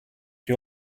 you